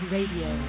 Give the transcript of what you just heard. Radio